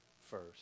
first